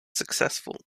successful